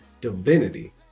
divinity